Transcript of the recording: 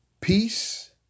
Peace